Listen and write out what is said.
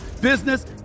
business